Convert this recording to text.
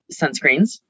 sunscreens